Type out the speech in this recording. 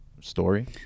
story